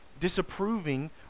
disapproving